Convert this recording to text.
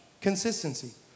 Consistency